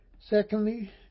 Secondly